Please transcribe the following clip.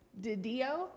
Didio